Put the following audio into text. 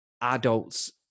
adults